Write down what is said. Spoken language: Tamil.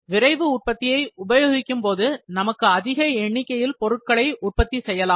விரைவு உற்பத்தியை உபயோகிக்கும்போது நமக்கு அதிக எண்ணிக்கையில் பொருட்களை உற்பத்தி செய்யலாம்